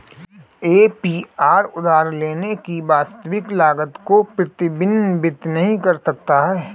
APR उधार लेने की वास्तविक लागत को प्रतिबिंबित नहीं कर सकता है